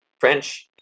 French